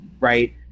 Right